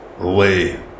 away